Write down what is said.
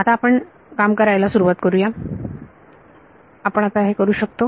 आता आपण काम करायला सुरुवात करु या आपण काम करू शकतो